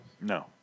No